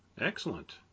Excellent